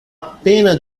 appena